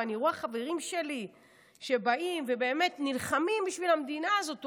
ואני רואה חברים שלי שבאים ובאמת נלחמים בשביל המדינה הזאת,